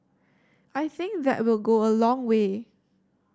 I think that will go a long way